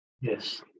Yes